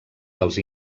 dels